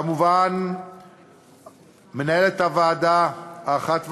כמובן למנהלת הוועדה, האחת והיחידה,